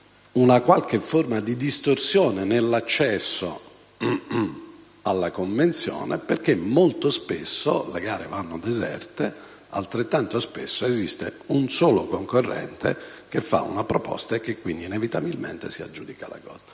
una forma di distorsione nell'accesso alla convenzione, perché molto spesso le gare vanno deserte, e altrettanto spesso vi è un solo concorrente che fa la proposta e inevitabilmente si aggiudica l'appalto: